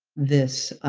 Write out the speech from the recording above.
this